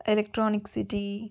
electronic city